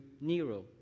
Nero